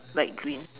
light green